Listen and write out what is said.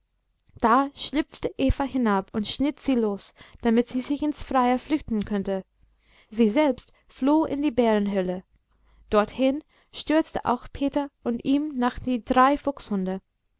da schlüpfte eva hinab und schnitt sie los damit sie sich ins freie flüchten könnte sie selbst floh in die bärenhöhle dorthin stürzte auch peter und ihm nach die drei